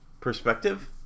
perspective